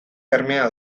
bermea